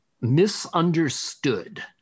misunderstood